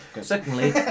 Secondly